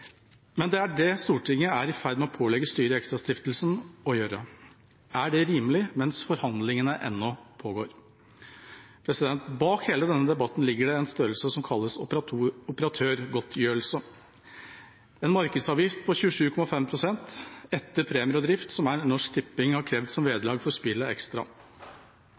Men det er det Stortinget er i ferd med å pålegge styret i ExtraStiftelsen å gjøre. Er det rimelig, mens forhandlingene ennå pågår? Bak hele denne debatten ligger det en størrelse som kalles operatørgodtgjørelse, en markedsavgift på 27,5 pst. etter premier og drift, som er det Norsk Tipping har krevd som vederlag for spillet